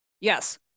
Yes